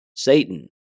Satan